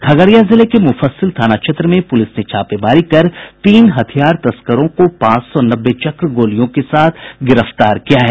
खगड़िया जिले के मुफस्सिल थाना क्षेत्र में पुलिस ने छापेमारी कर तीन हथियार तस्करों को पांच सौ नब्बे चक्र गोलियों के साथ गिरफ्तार किया है